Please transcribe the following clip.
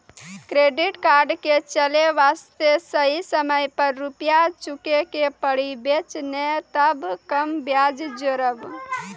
Credit card के चले वास्ते सही समय पर रुपिया चुके के पड़ी बेंच ने ताब कम ब्याज जोरब?